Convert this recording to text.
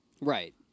Right